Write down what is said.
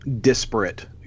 disparate